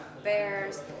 Bears